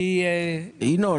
ינון,